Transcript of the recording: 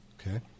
Okay